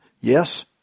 yes